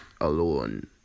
alone